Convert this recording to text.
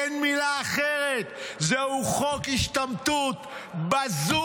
אין מילה אחרת, זהו חוק השתמטות בזוי.